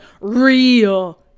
real